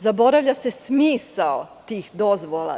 Zaboravlja se smisao tih dozvola.